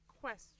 question